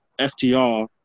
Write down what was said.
FTR